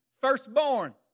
firstborn